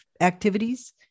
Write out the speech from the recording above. activities